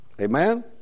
Amen